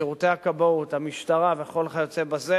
שירותי הכבאות, המשטרה וכל כיוצא בזה